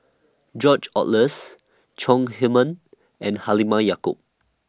George Oehlers Chong Heman and Halimah Yacob